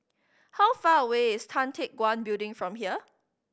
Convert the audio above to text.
how far away is Tan Teck Guan Building from here